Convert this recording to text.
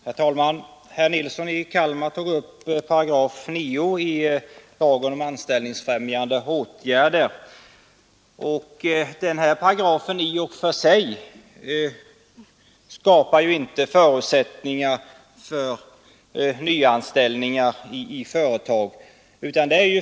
Herr talman! Herr Nilsson i Kalmar tog upp frågan om 9 § i lagen om anställningsfrämjande åtgärder. Denna paragraf i och för sig skapar ju inte förutsättningar för nyanställningar i företag.